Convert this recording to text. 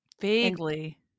Vaguely